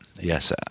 Yes